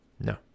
No